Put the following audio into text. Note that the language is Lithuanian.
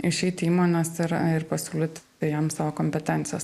išeit į įmones ir ir pasiūlyt jiem savo kompetencijas